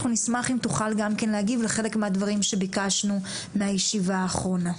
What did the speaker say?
אנחנו נשמח אם תוכל גם כן להגיב לחלק מהדברים שביקשנו מהישיבה האחרונה.